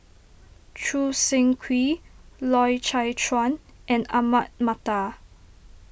Choo Seng Quee Loy Chye Chuan and Ahmad Mattar